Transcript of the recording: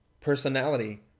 personality